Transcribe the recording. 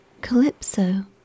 Calypso